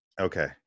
Okay